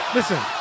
Listen